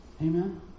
Amen